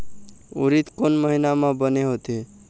उरीद कोन महीना म बने होथे?